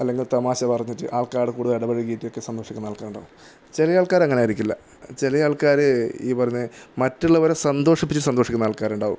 അല്ലെങ്കിൽ തമാശ പറഞ്ഞിട്ട് ആൾക്കാരോട് കൂടുതൽ ഇടപഴകീട്ടക്കെ സന്തോഷിക്കുന്ന ആൾക്കാരുണ്ടാകും ചില ആൾക്കാരങ്ങനെ ആയിരിക്കില്ല ചില ആൾക്കാർ ഈ പറഞ്ഞ മറ്റുള്ളവരെ സന്തോഷിപ്പിച്ച് സന്തോഷിക്കുന്ന ആൾക്കാരുണ്ടാകും